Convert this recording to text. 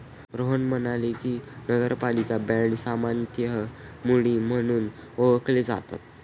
रोहन म्हणाले की, नगरपालिका बाँड सामान्यतः मुनी म्हणून ओळखले जातात